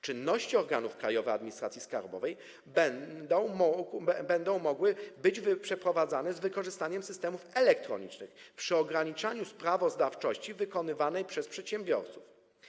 Czynności organów Krajowej Administracji Skarbowej będą mogły być przeprowadzane z wykorzystaniem systemów elektronicznych, przy ograniczaniu sprawozdawczości wykonywanej przez przedsiębiorców.